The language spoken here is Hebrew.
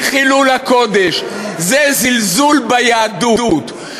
זה חילול הקודש, זה זלזול ביהדות.